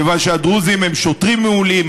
כיוון שהדרוזים הם שוטרים מעולים,